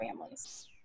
families